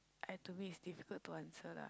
I to me is difficult to answer lah